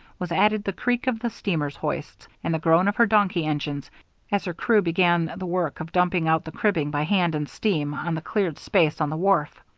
was added the creak of the steamer's hoists, and the groan of her donkey engines as her crew began the work of dumping out the cribbing by hand and steam, on the cleared space on the wharf.